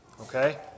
Okay